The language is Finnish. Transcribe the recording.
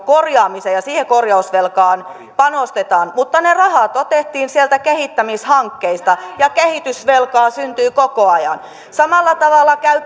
sen korjaamiseen ja siihen korjausvelkaan panostetaan mutta ne rahat otettiin sieltä kehittämishankkeista ja kehitysvelkaa syntyy koko ajan samalla tavalla käy